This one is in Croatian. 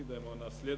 Hvala vam